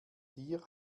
dir